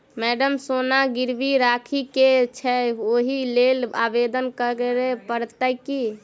Madam सोना गिरबी राखि केँ छैय ओई लेल आवेदन करै परतै की?